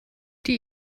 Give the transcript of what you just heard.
die